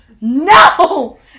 No